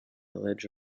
village